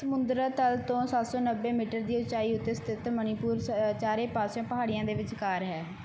ਸਮੁੰਦਰ ਤਲ ਤੋਂ ਸੱਤ ਸੌ ਨੱਬੇ ਮੀਟਰ ਦੀ ਉਚਾਈ ਉੱਤੇ ਸਥਿਤ ਮਨੀਪੁਰ ਸ ਚਾਰੇ ਪਾਸਿਓਂ ਪਹਾੜੀਆਂ ਦੇ ਵਿਚਕਾਰ ਹੈ